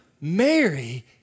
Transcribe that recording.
Mary